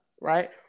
right